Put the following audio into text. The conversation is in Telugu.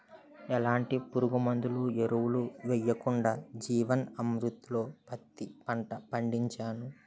ఎలాంటి పురుగుమందులు, ఎరువులు యెయ్యకుండా జీవన్ అమృత్ తో పత్తి పంట పండించాను